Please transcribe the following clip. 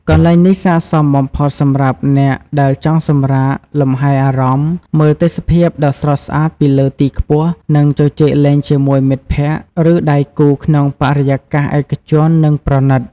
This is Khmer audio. កន្លែងនេះស័ក្តិសមបំផុតសម្រាប់អ្នកដែលចង់សម្រាកលម្ហែអារម្មណ៍ មើលទេសភាពដ៏ស្រស់ស្អាតពីលើទីខ្ពស់ និងជជែកលេងជាមួយមិត្តភក្តិ ឬដៃគូក្នុងបរិយាកាសឯកជន និងប្រណីត។